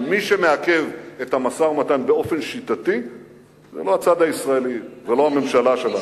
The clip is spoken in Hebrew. ומי שמעכב את המשא-ומתן באופן שיטתי זה לא הצד הישראלי ולא הממשלה שלנו.